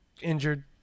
Injured